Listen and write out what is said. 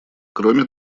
кроме